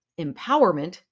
empowerment